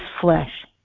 flesh